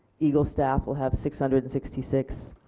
eagle staff will have six hundred and sixty six,